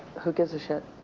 who gives a shit?